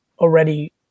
already